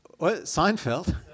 Seinfeld